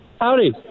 Howdy